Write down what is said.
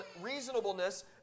reasonableness